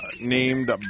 named